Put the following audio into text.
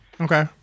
Okay